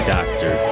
Doctor